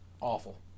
Awful